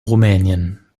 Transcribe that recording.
rumänien